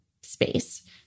space